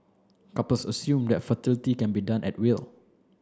couples assume that fertility can be done at will